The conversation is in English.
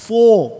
Four